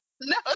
No